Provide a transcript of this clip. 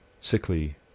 sickly